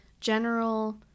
general